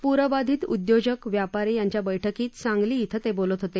पूरबाधित उद्योजक व्यापारी यांच्या बैठकीत सांगली इथं ते बोलत होते